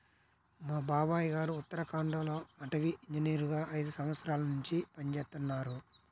మా బాబాయ్ గారు ఉత్తరాఖండ్ లో అటవీ ఇంజనీరుగా ఐదు సంవత్సరాల్నుంచి పనిజేత్తన్నారు